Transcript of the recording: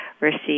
receive